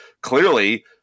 clearly